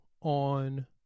on